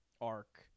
arc